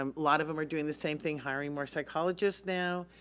um lot of them were doing the same thing, hiring more psychologists now,